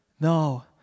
No